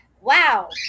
wow